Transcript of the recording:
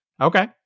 Okay